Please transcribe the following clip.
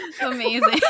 amazing